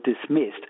dismissed